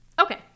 okay